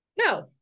No